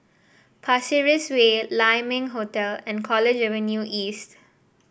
Pasir Ris Way Lai Ming Hotel and College Avenue East